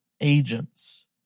agents